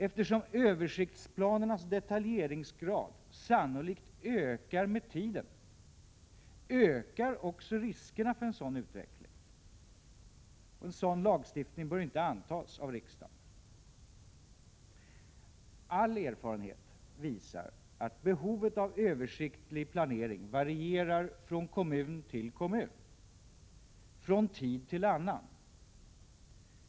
Eftersom översiktsplanernas detaljeringsgrad sannolikt ökar med tiden ökar också riskerna för en sådan utveckling. En sådan lagstiftning bör inte antagas av riksdagen. All erfarenhet visar att behovet av översiktlig planering varierar från kommun till kommun, från tid till annan.